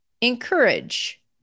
encourage